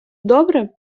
добре